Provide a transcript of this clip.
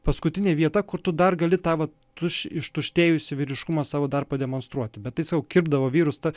paskutinė vieta kur tu dar gali tą vat tuščią ištuštėjusį vyriškumą savo dar pademonstruoti bet tai sakau kirpdavo vyrus ta